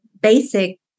basic